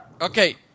Okay